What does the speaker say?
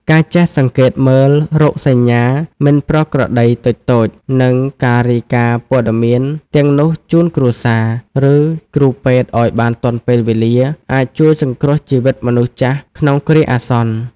ការចេះសង្កេតមើលរោគសញ្ញាមិនប្រក្រតីតូចៗ និងការរាយការណ៍ព័ត៌មានទាំងនោះជូនគ្រួសារ ឬគ្រូពេទ្យឱ្យបានទាន់ពេលវេលា អាចជួយសង្គ្រោះជីវិតមនុស្សចាស់ក្នុងគ្រាអាសន្ន។